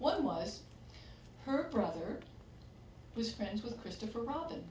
one was her brother was friends with christopher rob